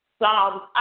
psalms